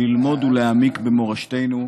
ללמוד ולהעמיק במורשתנו,